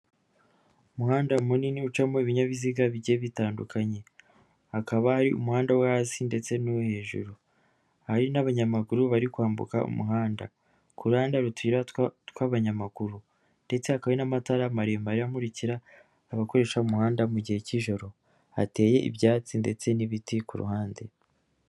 Umuhanda munini ucamo ibinyabiziga bigiye bitandukanye, hakaba hari umuhanda wo hasi ndetse no hejuru, hari n'abanyamaguru bari kwambuka umuhanda, ku rurande hari utuyira tw'abanyamaguru, ndetse hakaba hari n'amatara maremare amurikira abakoresha umuhanda mu gihe cy'ijoro, hateye ibyatsi, ndetse n'ibiti kuhande.